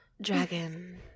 dragon